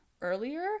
earlier